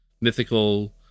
mythical